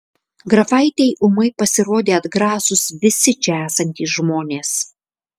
grafaitei ūmai pasirodė atgrasūs visi čia esantys žmonės